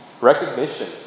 Recognition